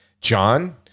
John